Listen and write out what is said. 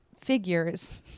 figures